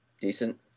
decent